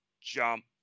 jump